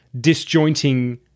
disjointing